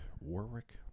Warwick